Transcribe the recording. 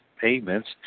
payments